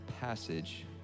passage